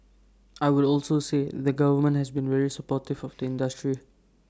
I would also say the government has been very supportive of the industry